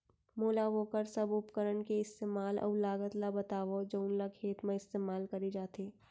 मोला वोकर सब उपकरण के इस्तेमाल अऊ लागत ल बतावव जउन ल खेत म इस्तेमाल करे जाथे?